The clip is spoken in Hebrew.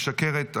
משקרת.